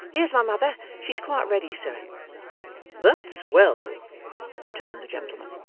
here's my mother. she's quite ready, sir that's well returned the gentleman.